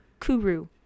kuru